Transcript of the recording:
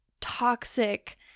toxic